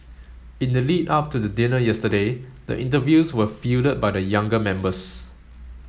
in the lead up to the dinner yesterday the interviews were fielded by the younger members